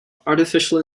artificial